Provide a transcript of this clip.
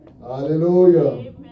Hallelujah